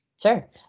Sure